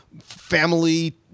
family